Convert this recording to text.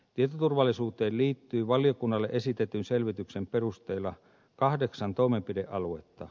tietoturvallisuuteen liittyy valiokunnalle esitetyn selvityksen perusteella kahdeksan toimenpidealuetta